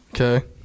Okay